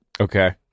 Okay